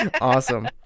Awesome